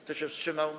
Kto się wstrzymał?